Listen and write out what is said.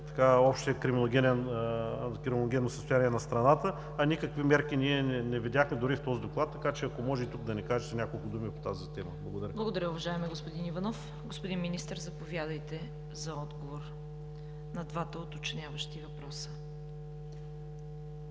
в общото криминогенно състояние на страната, а никакви мерки ние не видяхме, дори и в този Доклад, така че ако може и тук да ни кажете няколко думи по тази тема. Благодаря. ПРЕДСЕДАТЕЛ ЦВЕТА КАРАЯНЧЕВА: Благодаря, уважаеми господин Иванов. Господин Министър, заповядайте за отговор на двата уточняващи въпроса.